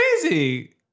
crazy